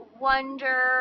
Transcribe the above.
wonder